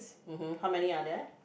mmhmm how many are there